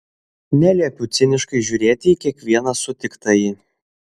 neliepiu ciniškai žiūrėti į kiekvieną sutiktąjį